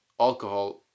alcohol